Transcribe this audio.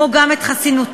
כמו גם את חסינותה,